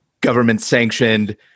government-sanctioned